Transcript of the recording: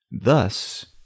Thus